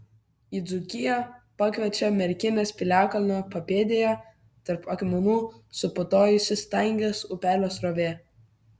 į dzūkiją pakviečia merkinės piliakalnio papėdėje tarp akmenų suputojusi stangės upelio srovė